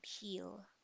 heal